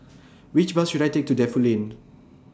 Which Bus should I Take to Defu Lane